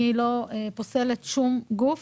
אני לא פוסלת שום גוף.